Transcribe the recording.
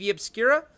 Obscura